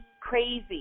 crazy